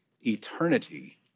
eternity